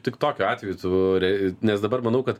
tik tokiu atveju tu re nes dabar manau kad